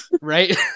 Right